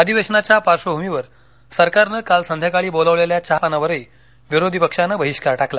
अधिवेशनाच्या पार्श्वभूमीवर सरकारनं काल संध्याकाळी बोलावलेल्या चहापानावरही विरोधी पक्षानं बहिष्कार टाकला